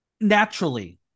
naturally